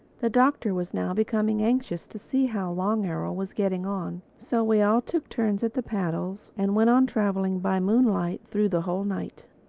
the doctor was now becoming anxious to see how long arrow was getting on, so we all took turns at the paddles and went on traveling by moonlight through the whole night.